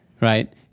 right